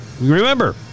Remember